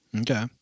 Okay